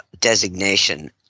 designation